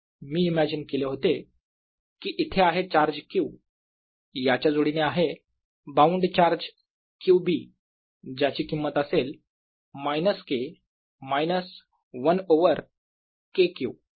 मी imagine केले होते की इथे आहे चार्ज Q याच्या जोडीने आहे बाऊंड चार्ज Q b ज्याची किंमत असेल minus K minus 1 over K Q